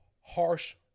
harsh